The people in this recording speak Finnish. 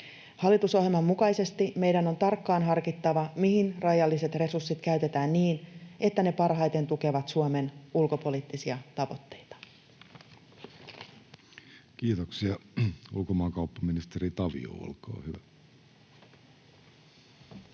Hallitusohjelman mukaisesti meidän on tarkkaan harkittava, mihin rajalliset resurssit käytetään niin, että ne parhaiten tukevat Suomen ulkopoliittisia tavoitteita. [Speech 177] Speaker: Jussi Halla-aho